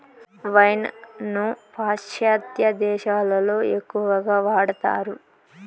wine ను పాశ్చాత్య దేశాలలో ఎక్కువగా వాడతారు